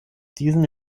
diesen